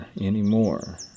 anymore